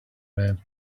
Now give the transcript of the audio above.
men